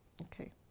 Okay